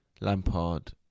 Lampard